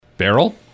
barrel